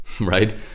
right